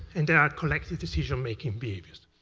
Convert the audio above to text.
and there are collective decision-making behaviors.